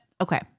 Okay